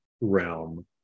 realm